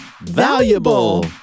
Valuable